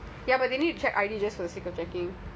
plus mask